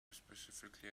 specifically